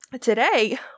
today